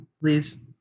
please